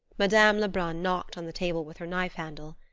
madame lebrun knocked on the table with her knife handle.